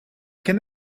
can